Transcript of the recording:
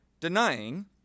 denying